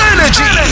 Energy